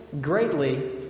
greatly